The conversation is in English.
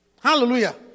Hallelujah